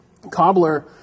Cobbler